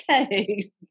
Okay